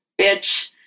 bitch